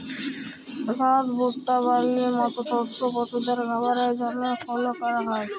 ঘাস, ভুট্টা, বার্লির মত শস্য পশুদের খাবারের জন্হে ফলল ক্যরা হ্যয়